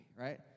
Right